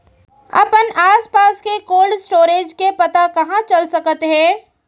अपन आसपास के कोल्ड स्टोरेज के पता कहाँ चल सकत हे?